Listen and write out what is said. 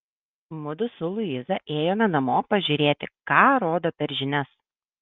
mudu su luiza ėjome namo pažiūrėti ką rodo per žinias